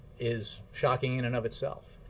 is shocking in and of itself.